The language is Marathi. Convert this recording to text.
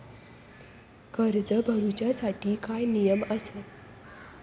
कर्ज भरूच्या साठी काय नियम आसत?